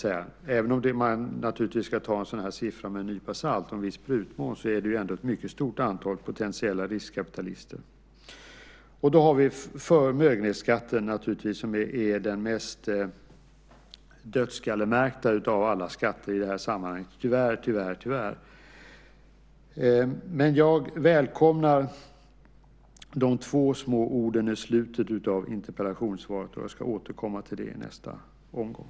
Även om man ska ta en sådan siffra med en nypa salt och en viss prutmån är det ändå ett mycket stort antal potentiella riskkapitalister. Vi har naturligtvis också förmögenhetsskatten som är den mest dödskallemärkta av alla skatter i det här sammanhanget - tyvärr, tyvärr och tyvärr. Jag välkomnar de två små orden i slutet av interpellationssvaret. Jag ska återkomma till det i nästa omgång.